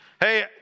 Hey